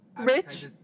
Rich